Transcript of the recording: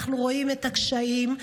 אנחנו רואים את הקשיים,